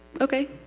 okay